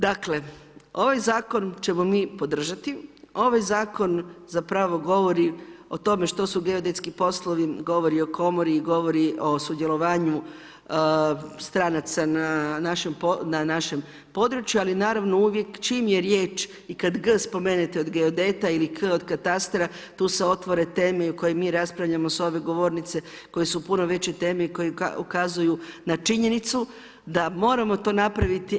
Dakle, ovaj zakon ćemo mi zakon podržati, ovaj zakon zapravo govori o tome što su geodetski poslovi, govori o komori i govori o sudjelovanju stranaca na našem području, ali naravno uvijek i čim je riječ i kada g spomenete od geodeta ili k od katastra tu se otvore teme i kojoj mi raspravljamo s ove govornice koje su puno veće teme i koje ukazuju na činjenicu da moramo to napraviti.